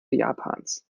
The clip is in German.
japans